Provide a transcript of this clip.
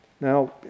Now